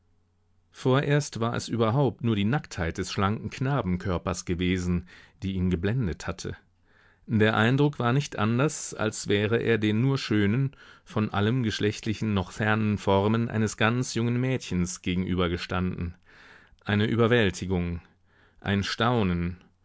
vorerst war es überhaupt nur die nacktheit des schlanken knabenkörpers gewesen die ihn geblendet hatte der eindruck war nicht anders als wäre er den nur schönen von allem geschlechtlichen noch fernen formen eines ganz jungen mädchens gegenüber gestanden eine überwältigung ein staunen